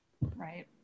Right